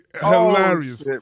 hilarious